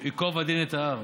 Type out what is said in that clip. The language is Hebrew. ייקוב הדין את ההר.